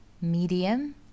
medium